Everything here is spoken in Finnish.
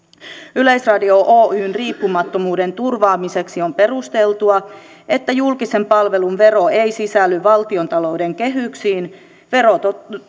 yleisradio oyn riippumattomuuden turvaamiseksi on perusteltua että julkisen palvelun vero ei sisälly valtiontalouden kehyksiin vero